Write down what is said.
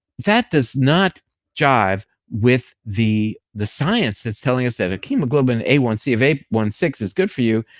that does not jive with the the science that's telling us that a hemoglobin of a one c, if a one six is good for you,